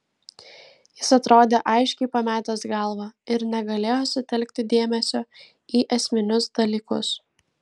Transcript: jis atrodė aiškiai pametęs galvą ir negalėjo sutelkti dėmesio į esminius dalykus